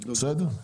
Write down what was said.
בסדר.